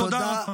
תודה.